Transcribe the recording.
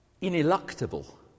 ineluctable